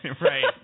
Right